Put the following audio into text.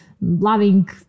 loving